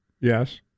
Yes